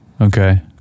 Okay